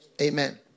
Amen